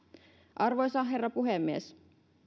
arvoisa herra puhemies